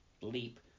leap